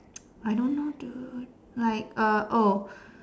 I don't know dude like uh oh